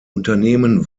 unternehmen